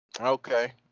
Okay